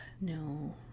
No